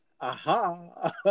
Aha